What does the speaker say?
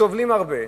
סובלים הרבה,